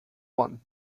one